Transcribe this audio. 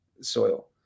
soil